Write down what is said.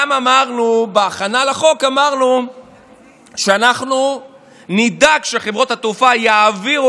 גם אמרנו בהכנה לחוק שאנחנו נדאג שחברות התעופה יעבירו